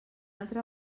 altra